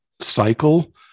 cycle